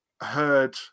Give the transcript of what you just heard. heard